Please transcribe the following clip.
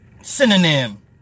synonym